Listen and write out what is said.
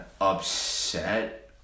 upset